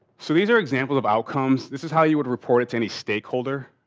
so, these are examples of outcomes. this is how you would report it to any stakeholder,